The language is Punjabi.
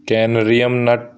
ਕੈਨਰੀਅਨ ਨੱਟ